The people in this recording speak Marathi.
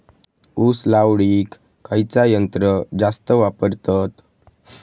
ऊस लावडीक खयचा यंत्र जास्त वापरतत?